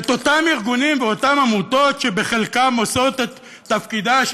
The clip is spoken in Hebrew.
את אותם ארגונים ואותן עמותות שבחלקם עושים את תפקידה של